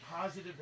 positive